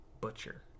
butcher